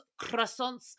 Croissants